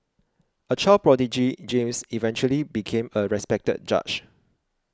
a child prodigy James eventually became a respected judge